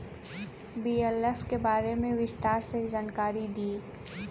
BLF के बारे में विस्तार से जानकारी दी?